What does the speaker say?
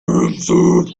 himself